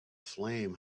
flame